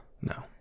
No